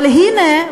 אבל הנה,